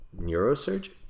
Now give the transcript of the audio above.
neurosurgeon